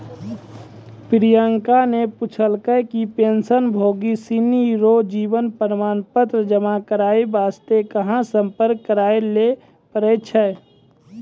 प्रियंका ने पूछलकै कि पेंशनभोगी सिनी रो जीवन प्रमाण पत्र जमा करय वास्ते कहां सम्पर्क करय लै पड़ै छै